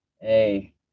Hey